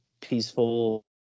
peaceful